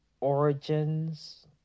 origins